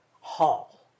Hall